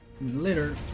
later